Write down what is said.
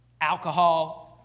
Alcohol